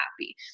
happy